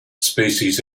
species